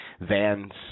vans